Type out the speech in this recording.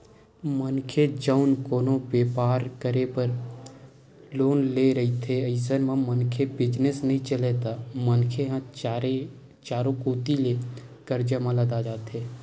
मनखे जउन कोनो बेपार करे बर लोन ले रहिथे अइसन म मनखे बिजनेस नइ चलय त मनखे ह चारे कोती ले करजा म लदा जाथे